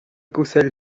cussegl